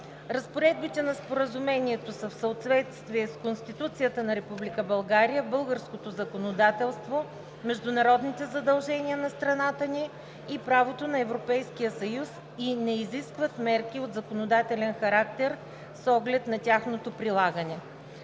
Разпоредбите на Споразумението са в съответствие с Конституцията на Република България, българското законодателство, международните задължения на страната ни и правото на Европейския съюз и не изискват мерки от законодателен характер с оглед на тяхното прилагане.